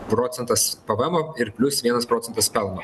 procentas pvemo ir plius vienas procentas pelno